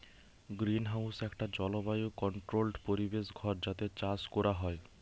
greenhouse একটা জলবায়ু controlled পরিবেশ ঘর যাতে চাষ কোরা হয়